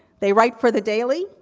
they write for the daily,